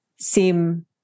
seem